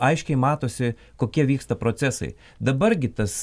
aiškiai matosi kokie vyksta procesai dabar gi tas